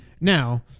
Now